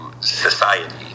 society